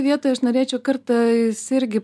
vietoj aš norėčiau kartais irgi